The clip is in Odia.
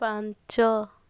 ପାଞ୍ଚ